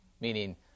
meaning